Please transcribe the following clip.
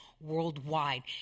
Worldwide